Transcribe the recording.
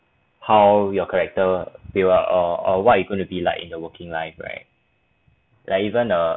how your character be like or what are you gonna be like in your working life right like even the